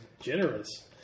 generous